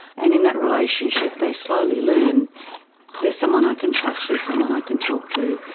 and in that relationship they slowly learn there's someone i can trust, there's someone i can talk to,